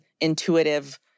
intuitive